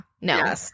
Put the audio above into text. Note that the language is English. No